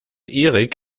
erik